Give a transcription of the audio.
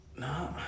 No